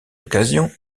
occasion